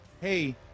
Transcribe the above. hey